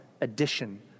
addition